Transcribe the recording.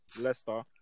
Leicester